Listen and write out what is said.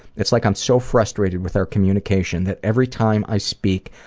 it's like i'm so frustrated with our communication that every time i speak,